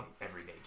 everyday